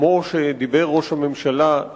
כמו שדיבר ראש הממשלה,